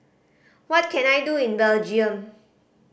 what can I do in Belgium